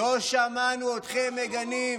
לא שמענו אתכם מגנים.